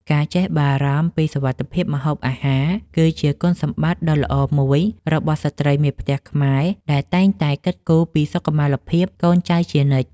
ការចេះបារម្ភពីសុវត្ថិភាពម្ហូបអាហារ គឺជាគុណសម្បត្តិដ៏ល្អមួយរបស់ស្ត្រីមេផ្ទះខ្មែរដែលតែងតែគិតគូរពីសុខុមាលភាពកូនចៅជានិច្ច។